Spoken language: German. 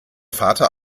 vater